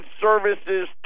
services